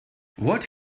what